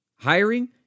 Hiring